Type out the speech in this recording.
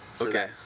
Okay